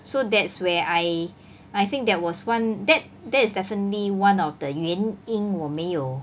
so that's where I I think that was one that that is definitely one of the 原因我没有